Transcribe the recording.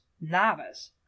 novice